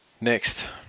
next